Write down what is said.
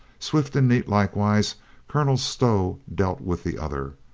swift and neat likewise colonel stow dealt with the other.